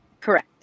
Correct